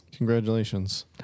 Congratulations